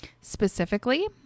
Specifically